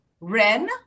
Ren